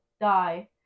die